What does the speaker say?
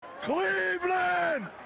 Cleveland